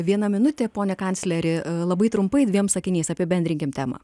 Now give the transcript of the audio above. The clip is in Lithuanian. viena minutė pone kancleri labai trumpai dviem sakiniais apibendrinkim temą